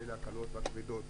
הקלות והכבדות,